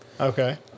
Okay